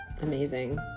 amazing